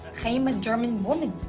am a german woman.